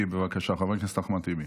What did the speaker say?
חבר הכנסת אחמד טיבי,